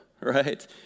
right